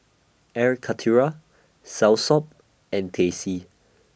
Air Karthira Soursop and Teh C